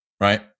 right